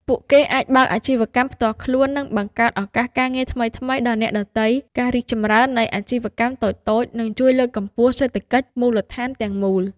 ពួកគេអាចបើកអាជីវកម្មផ្ទាល់ខ្លួន និងបង្កើតឱកាសការងារថ្មីៗដល់អ្នកដទៃ ការរីកចម្រើននៃអាជីវកម្មតូចៗ នឹងជួយលើកកម្ពស់សេដ្ឋកិច្ចមូលដ្ឋានទាំងមូល។